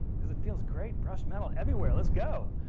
because it feels great. brush metal everywhere let's go.